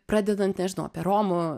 pradedant nežinau apie romų